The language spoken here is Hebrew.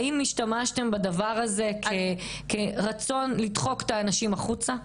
האם השתמשתם בדבר הזה מרצון לדחוק את האנשים החוצה?